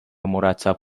مرتب